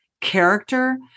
character